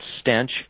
Stench